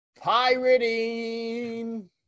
Pirating